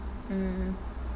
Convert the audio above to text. mm